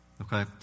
Okay